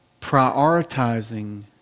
Prioritizing